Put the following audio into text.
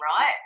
Right